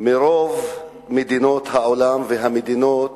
מרוב מדינות העולם, גם מדינות